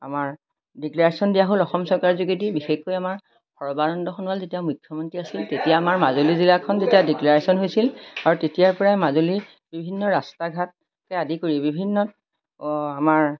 আমাৰ ডিক্লেৰশ্যন দিয়া হ'ল অসম চৰকাৰ যোগেদি বিশেষকৈ আমাৰ সৰ্বানন্দ সোণোৱাল যেতিয়া মুখ্যমন্ত্ৰী আছিল তেতিয়া আমাৰ মাজুলী জিলাখন যেতিয়া ডিক্লেৰশ্যন হৈছিল আৰু তেতিয়াৰ পৰাই মাজুলী বিভিন্ন ৰাস্তা ঘাটকে আদি কৰি বিভিন্ন আমাৰ